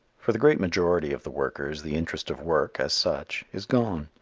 for the great majority of the workers, the interest of work as such is gone.